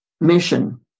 mission